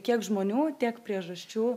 kiek žmonių tiek priežasčių